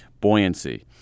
Buoyancy